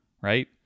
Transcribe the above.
right